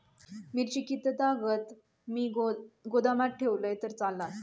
मिरची कीततागत मी गोदामात ठेवलंय तर चालात?